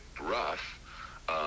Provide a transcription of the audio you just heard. rough